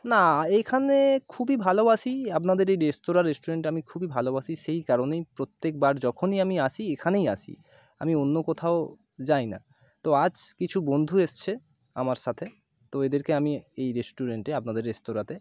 না এইখানে খুবই ভালোবাসি আপনাদের এই রেস্তরাঁ রেস্টুরেন্ট আমি খুবই ভালোবাসি সেই কারণেই প্রত্যেকবার যখনই আমি আসি এখানেই আসি আমি অন্য কোথাও যাই না তো আজ কিছু বন্ধু এসেছে আমার সাথে তো এদেরকে আমি এই রেস্টুরেন্টে আপনাদের রেস্তরাঁতে